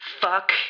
fuck